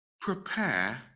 prepare